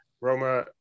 Roma